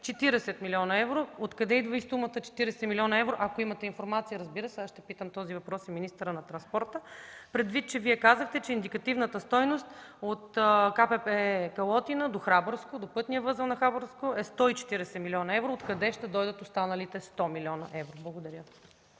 40 млн. лв.? Откъде идва сумата 40 млн. евро? Ако имате информация, разбира се. Ще задам този въпрос и на министъра на транспорта предвид това, че Вие казахте, че индикативната стойност от ГКПП Калотина до пътния възел на Храбърско е 140 млн. лв. Откъде ще дойдат останалите 100 млн. лв.? Благодаря.